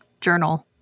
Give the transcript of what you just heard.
journal